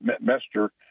Mester